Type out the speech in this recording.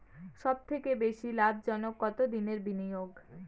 সবথেকে বেশি লাভজনক কতদিনের বিনিয়োগ?